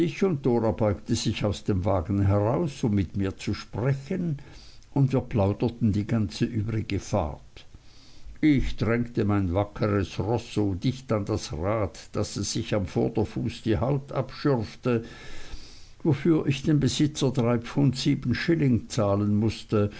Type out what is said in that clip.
beugte sich aus dem wagen heraus um mit mir zu sprechen und wir plauderten die ganze übrige fahrt ich drängte mein wackeres roß so dicht an das rad daß es sich am vorderfuß die haut abschürfte wofür ich dem besitzer schilling zahlen mußte